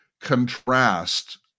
contrast